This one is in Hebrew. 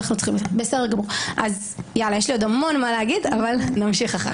יש לי עוד המון מה להגיד אבל נמשיך אחר כך.